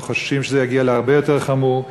חוששים שזה יגיע להרבה יותר חמור.